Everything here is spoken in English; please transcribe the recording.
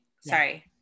sorry